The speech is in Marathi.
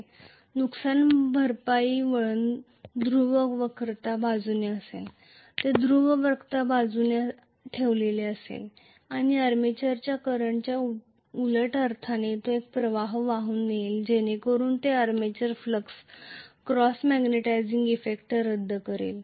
कॉम्पेन्सेटिंग विंडींग ध्रुव वक्रता बाजूने असेल ते ध्रुव वक्रता बाजूने ठेवलेले असेल आणि आर्मेचर करंटच्या उलट अर्थाने तो एक प्रवाह वाहून नेईल जेणेकरून ते armature flux cross magnetizing effect रद्द करेल